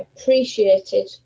appreciated